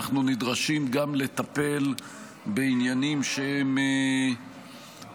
אנחנו נדרשים גם לטפל בעניינים שהם ענייני